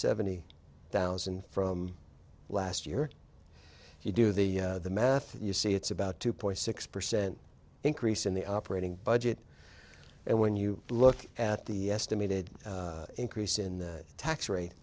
seventy thousand from last year you do the math you see it's about two point six percent increase in the operating budget and when you look at the stimulated increase in the tax rate